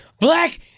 Black